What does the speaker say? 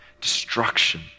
destruction